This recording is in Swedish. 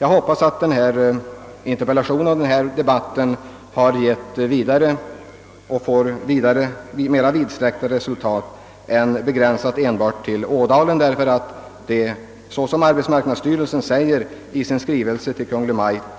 Jag hoppas att denna interpellation och denna debatt får till resultat att man kommer till insikt om att detta problem inte är begränsat till Ådalen, ty — såsom arbetsmarknadsstyrelsen säger i sin skrivelse